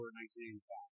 1985